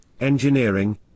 engineering